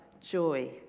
joy